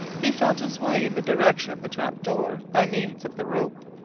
he felt his way in the direction of the trap-door by means of the rope.